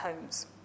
homes